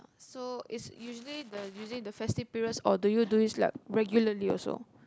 so is usually the usually the festive periods or do you do these like regularly also